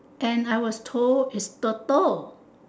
and I was told is turtle